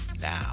Now